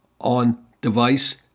on-device